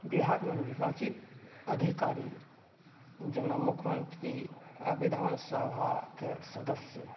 बिहारमे निर्वाचित अधिकारी जेना मुख्यमंत्री आ विधानसभाके सदस्य